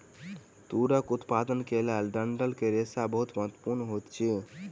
तूरक उत्पादन के लेल डंठल के रेशा बहुत महत्वपूर्ण होइत अछि